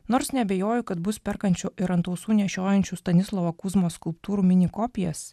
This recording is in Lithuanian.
nors neabejoju kad bus perkančių ir ant ausų nešiojančių stanislovo kuzmos skulptūrų mini kopijas